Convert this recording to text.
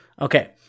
Okay